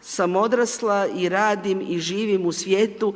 sam odrasla i radim i živim u svijetu